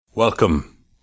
Welcome